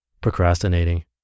procrastinating